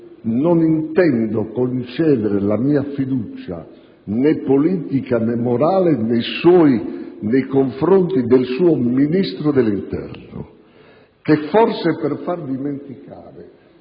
non intendo concedere la mia fiducia né politica né morale nei confronti del suo Ministro dell'interno, che forse per far dimenticare